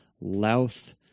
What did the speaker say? Louth